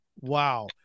Wow